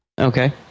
Okay